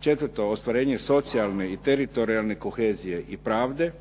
četvrto, ostvarenje socijalne i teritorijalne kohezije i prave,